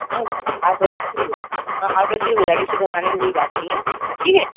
madam आज वैसे ही पी लेना हाँ आज वैसे ही हो जाएगा जिससे घबराने कि कोई बात नहीं है ठीक है